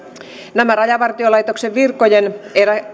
nämä rajavartiolaitoksen virkojen